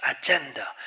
agenda